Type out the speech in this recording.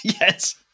yes